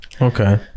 okay